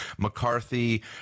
McCarthy